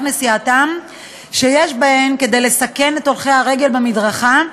נסיעתם ויש בהן כדי לסכן את הולכי הרגל במדרכה,